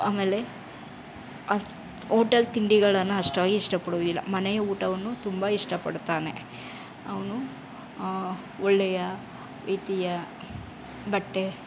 ಆಮೇಲೆ ಅವ್ನ ಹೋಟೆಲ್ ತಿಂಡಿಗಳನ್ನು ಅಷ್ಟಾಗಿ ಇಷ್ಟಪಡೋದಿಲ್ಲ ಮನೆಯ ಊಟವನ್ನು ತುಂಬ ಇಷ್ಟಪಡುತ್ತಾನೆ ಅವನು ಒಳ್ಳೆಯ ರೀತಿಯ ಬಟ್ಟೆ